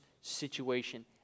situation